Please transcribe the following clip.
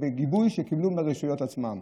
בגיבוי שקיבלו מהרשויות עצמם.